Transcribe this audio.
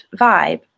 vibe